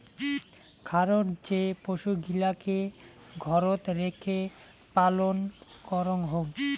খারর যে পশুগিলাকে ঘরত রেখে পালন করঙ হউ